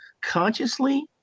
consciously